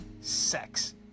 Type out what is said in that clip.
Sex